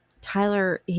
Tyler